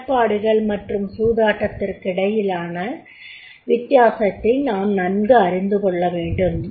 இடர்ப்பாடுகள் மற்றும் சூதாட்டத்திற்கிடையிலான வித்தியாசத்தை நாம் நன்கு அறிந்துகொள்ளவேண்டும்